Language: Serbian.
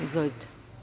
Izvolite.